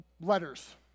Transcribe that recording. letters